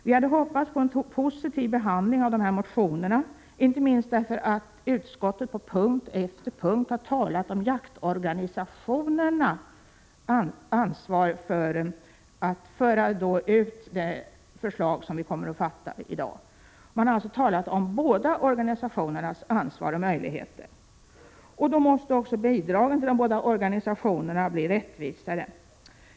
Vi hade hoppats på en positiv behandling av dessa motioner, inte minst därför att utskottet på punkt efter punkt talat om jaktorganisationernas ansvar för att i praktiken omsätta de beslut som vi kommer att fatta i dag. Man har alltså talat om båda organisationernas ansvar och möjligheter. Då måste också bidragen till de båda organisationerna bli rättvisare.